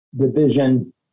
division